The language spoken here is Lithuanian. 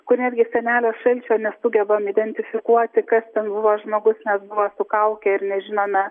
kur netgi senelio šalčio nesugebam identifikuoti kas ten buvo žmogus nes buvo su kauke ir nežinome